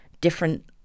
different